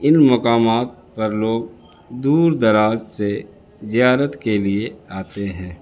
ان مقامات پر لوگ دور دراز سے زیارت کے لیے آتے ہیں